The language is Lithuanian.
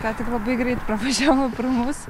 ką tik labai greit pravažiavo pro mus